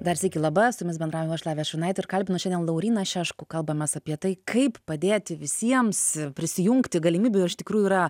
dar sykį laba su jumis bendrauju aš lavija šurnaitė ir kalbinu šiandien lauryną šeškų kalbamės apie tai kaip padėti visiems prisijungti galimybių iš tikrųjų yra